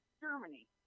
germany